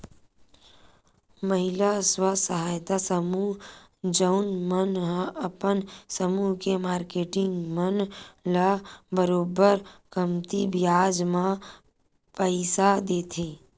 महिला स्व सहायता समूह जउन मन ह अपन समूह के मारकेटिंग मन ल बरोबर कमती बियाज म पइसा देथे